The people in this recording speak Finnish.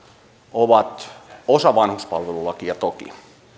ovat osa vanhuspalvelulakia toki